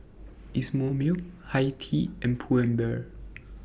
Isomil Hi Tea and Pull and Bear